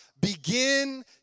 begin